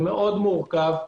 זה מאוד מורכב.